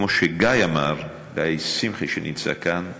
כמו שגיא אמר, גיא שמחי, שנמצא כאן,